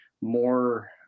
more